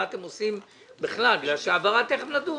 מה אתם עושים בכלל, בגלל שעל העברה תכף נדון.